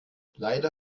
leider